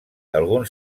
alguns